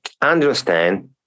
understand